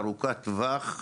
ארוכת טווח.